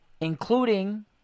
including